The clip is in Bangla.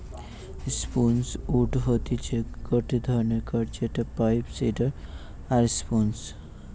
স্প্রুস উড হতিছে গটে ধরণের কাঠ যেটা পাইন, সিডার আর স্প্রুস